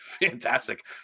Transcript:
fantastic